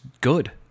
good